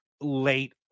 late